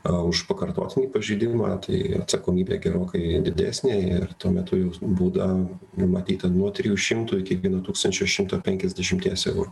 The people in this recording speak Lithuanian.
o už pakartotinį pažeidimą tai atsakomybė gerokai didesnė ir tuo metu jau būdą numatyta nuo trijų šimtų iki vieno tūkstančio šimto penkiasdešimties eurų